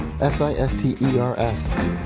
S-I-S-T-E-R-S